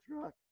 truck